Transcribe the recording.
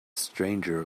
stranger